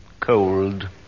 Cold